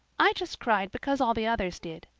i just cried because all the others did.